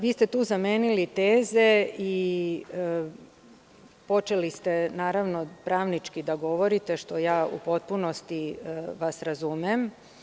Vi ste tu zamenili teze i počeli ste pravnički da govorite, što u potpunosti razumem.